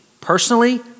personally